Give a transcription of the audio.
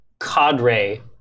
cadre